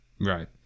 Right